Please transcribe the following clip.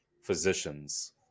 physicians